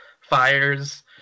fires